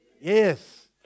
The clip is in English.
Yes